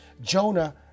Jonah